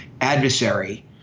adversary